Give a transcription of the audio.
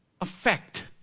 effect